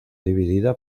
dividida